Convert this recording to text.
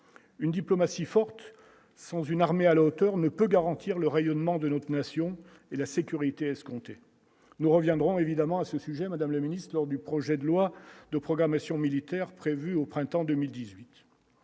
une diplomatie forte sans une armée à l'auteur ne peut garantir le rayonnement de notre nation et la sécurité escompté nous reviendrons évidemment à ce sujet, Madame le Ministre, lors du projet de loi de programmation militaire prévue au printemps 2018